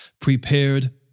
prepared